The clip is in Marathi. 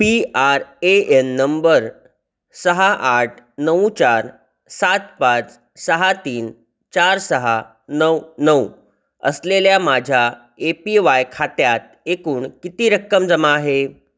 P R A N number सहा आठ नऊ चार सात पाच सहा तीन चार सहा नऊ नऊ असलेल्या माझ्या ए पी वाय खात्यात एकूण किती रक्कम जमा आहे